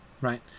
right